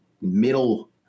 middle